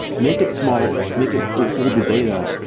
make it smart, make it hold hold the data,